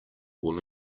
will